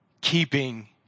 keeping